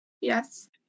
Yes